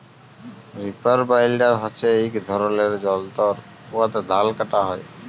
reaper binder হছে ইক ধরলের যল্তর উয়াতে ধাল কাটা হ্যয়